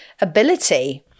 ability